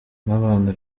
nk’abantu